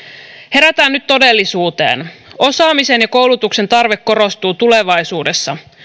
herätään nyt todellisuuteen osaamisen ja koulutuksen tarve korostuu tulevaisuudessa